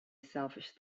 selfish